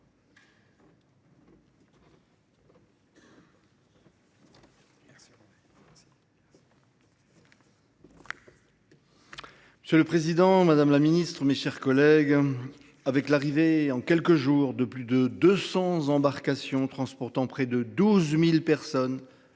Monsieur le président, madame la secrétaire d’État, mes chers collègues, avec l’arrivée en quelques jours de plus de 200 embarcations, transportant près de 12 000 personnes,